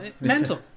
mental